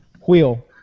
wheel